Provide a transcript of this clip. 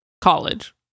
college